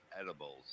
edibles